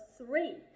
three